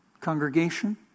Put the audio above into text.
congregation